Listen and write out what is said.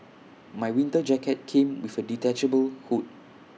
my winter jacket came with A detachable hood